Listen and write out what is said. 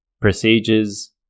Procedures